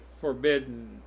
forbidden